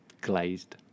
Glazed